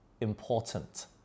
important